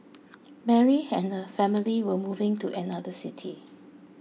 Mary and her family were moving to another city